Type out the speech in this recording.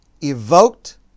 evoked